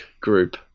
group